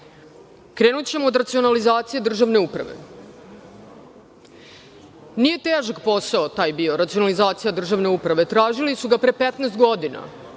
Krenućemo od racionalizacije državne uprave. Nije težak posao bio racionalizacija državne uprave. Tražio ga je pre 15 godina